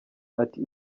ati